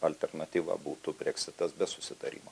alternatyva būtų breksitas be susitarimo